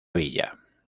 villa